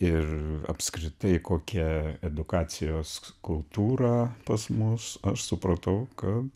ir apskritai kokia edukacijos kultūra pas mus aš supratau kad